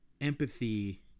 empathy